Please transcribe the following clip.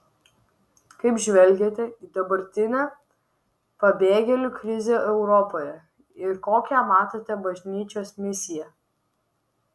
kaip žvelgiate į dabartinę pabėgėlių krizę europoje ir kokią matote bažnyčios misiją